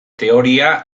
teoria